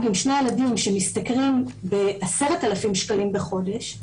עם שני ילדים שמשתכרים 10,000 שקלים בחודש,